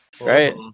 right